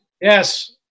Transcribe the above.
Yes